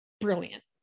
brilliant